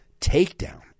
takedown